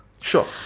Sure